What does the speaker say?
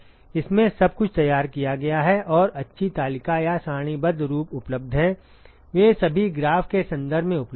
इसमें सब कुछ तैयार किया गया है और अच्छी तालिका या सारणीबद्ध रूप उपलब्ध हैं वे सभी ग्राफ के संदर्भ में उपलब्ध हैं